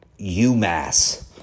UMass